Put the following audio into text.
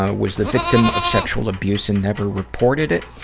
ah was the victim of sexual abuse and never reported it.